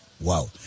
Wow